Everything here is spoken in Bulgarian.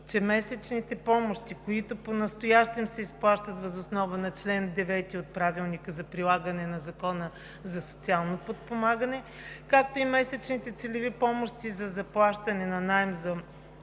че месечните помощи, които понастоящем се изплащат въз основа на чл. 9 от Правилника за прилагане на Закона за социално подпомагане, както и месечните целеви помощи за заплащане на наем за